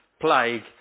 plague